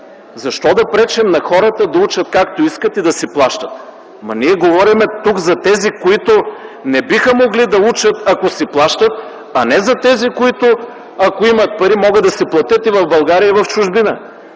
защо да пречим на хората да учат както искат и да си плащат? Ние говорим тук за тези, които не биха могли да учат, ако си плащат, а не за тези, които, ако имат пари, могат да си платят и в България, и в чужбина.